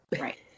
Right